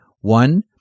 One